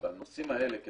בנושאים האלה,